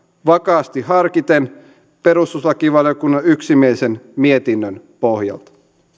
vakaasti harkiten perustuslakivaliokunnan yksimielisen mietinnön pohjalta